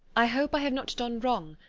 i hope i have not done wrong,